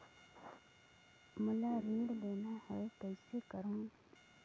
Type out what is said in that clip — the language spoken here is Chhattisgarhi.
मोला ऋण लेना ह, कइसे करहुँ?